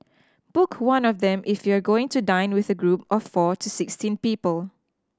book one of them if you are going to dine with a group of four to sixteen people